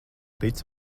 tici